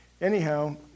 anyhow